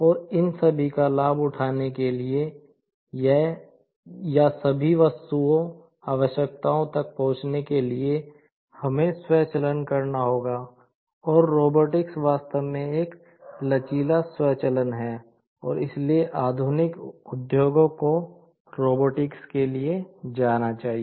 और इन सभी का लाभ उठाने के लिए या सभी आवश्यकताओं तक पहुंचने के लिए हमें स्वचालन के लिए जाना चाहिए